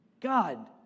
God